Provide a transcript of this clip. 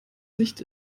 sicht